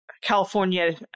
California